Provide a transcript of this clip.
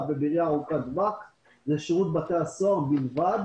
ובראייה ארוכת טווח זה שירות בתי הסוהר בלבד,